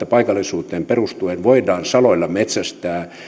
paikallisuuteen perustuen voidaan saloilla metsästää